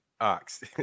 Ox